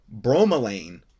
bromelain